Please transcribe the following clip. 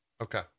okay